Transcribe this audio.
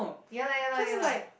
ya lah ya lah ya lah